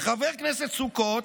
חבר הכנסת סוכות,